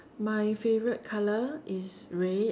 my favourite colour is red